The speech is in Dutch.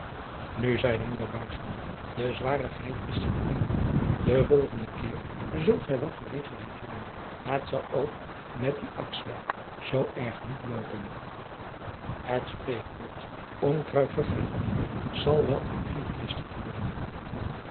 nu zeide moeder buisman de zwarigheid is gering den volgenden keer zult gij wel gelegenheid hebben het zal ook met dien akswijk zoo erg niet loopen het spreekwoord onkruid vergaat niet zal wel aan hem bevestigd worden